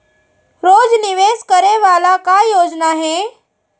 रोज निवेश करे वाला का योजना हे?